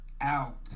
out